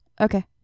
Okay